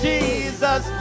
Jesus